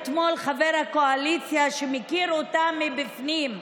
חבר הקואליציה שמכיר אותה מבפנים,